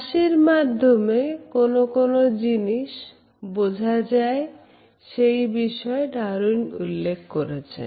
হাসির মাধ্যমে কোন কোন জিনিস বোঝা যায় সেই বিষয়ে Darwin উল্লেখ করেছেন